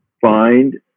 find